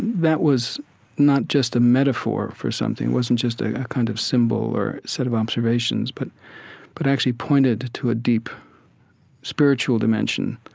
that was not just a metaphor for something. it wasn't just ah a kind of symbol or set of observations but but actually pointed to a deep spiritual dimension.